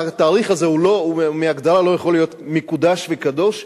התאריך הזה בהגדרה לא יכול להיות מקודש וקדוש,